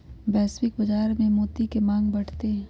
वैश्विक बाजार में मोती के मांग बढ़ते हई